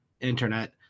internet